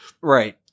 right